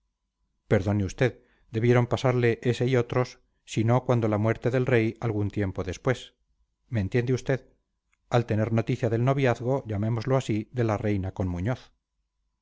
perdone usted debieron pasarle ese y otros si no cuando la muerte del rey algún tiempo después me entiende usted al tener noticia del noviazgo llamémoslo así de la reina con muñoz